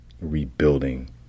rebuilding